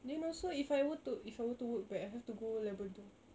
then also if I were to if I were to work back I have to go labrador